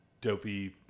dopey